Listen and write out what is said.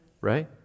Right